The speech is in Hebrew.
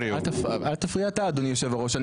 אל תפריע אתה, אדוני היושב-ראש.